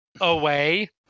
away